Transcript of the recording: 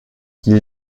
qu’il